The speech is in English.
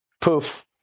poof